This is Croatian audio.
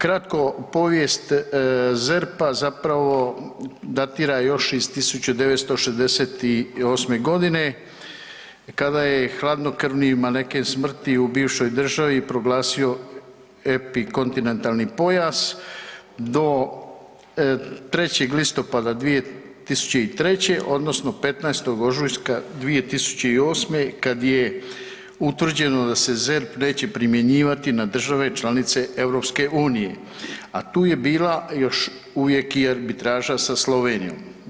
Kratko, povijest ZERP-a zapravo datira još iz 1968. g. kada je hladnokrvni maneken smrti u bivšoj državi proglasio epikontinentalni pojas do 3. listopada 2003. odnosno 15. ožujka 2008. kad je utvrđeno da se ZERP neće primjenjivati na države članice EU-a a tu je bila još uvijek i arbitraža sa Slovenijom.